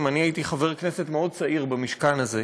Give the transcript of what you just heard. אני הייתי חבר כנסת מאוד צעיר במשכן הזה,